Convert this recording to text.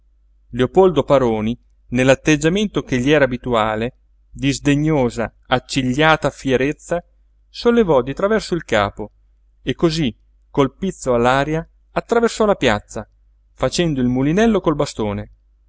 leopoldo paroni nell'atteggiamento che gli era abituale di sdegnosa accigliata fierezza sollevò di traverso il capo e cosí col pizzo all'aria attraversò la piazza facendo il mulinello col bastone